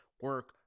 Work